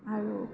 আৰু